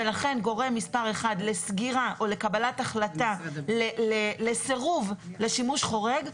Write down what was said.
לכן גורם מספר אחד לסגירת או לקבלת החלטה לסירוב לשימוש חורג,